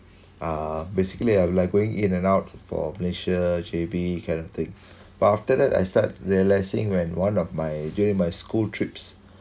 uh basically I'm like going in and out for malaysia J_B kind of thing but after that I start realising when one of my during my school trips